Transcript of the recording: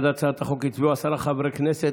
בעד הצעת החוק הצביעו עשרה חברי כנסת,